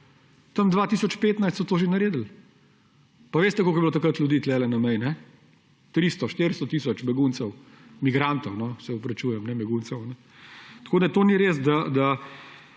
tam 2015 so to že naredili. Pa veste, koliko je bilo takrat ljudi tukaj na meji? 300, 400 tisoč beguncev migrantov – se opravičujem, ne beguncev. Tako to ni res, da